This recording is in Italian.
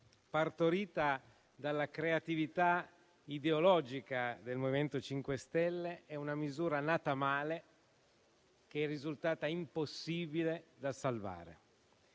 partorita dalla creatività ideologica del MoVimento 5 Stelle, è nata male, che è risultata impossibile da salvare.